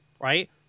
Right